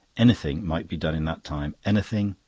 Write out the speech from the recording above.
anything might be done in that time. anything.